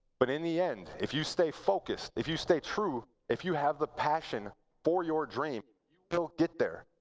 but in the end, if you stay focused, if you stay true, if you have the passion for your dream, you will get there.